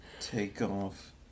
takeoff